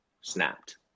snapped